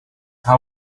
how